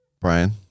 Brian